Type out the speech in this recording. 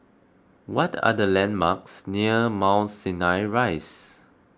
what are the landmarks near Mount Sinai Rise